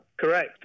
Correct